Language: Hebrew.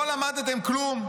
לא למדתם כלום?